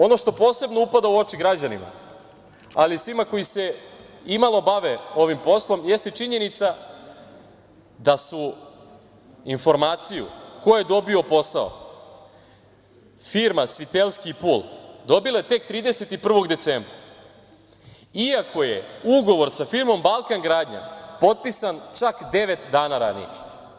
Ono što posebno upada u oči građanima, ali i svima koji se i malo bave ovim poslom, jeste činjenica da su informaciju ko je dobio posao, firma „Svitelski i pul“, dobila tek 31. decembra, iako je ugovor sa firmom „Balkan gradnja“, potpisan, čak devet dana ranije.